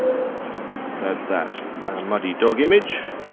let's add that muddy dog image.